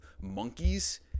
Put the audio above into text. monkeys